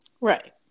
right